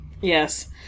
Yes